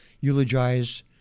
eulogize